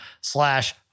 slash